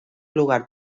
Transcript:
lugar